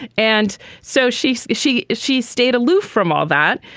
and so she she she stayed aloof from all that.